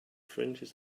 fringes